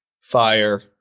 fire